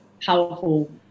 powerful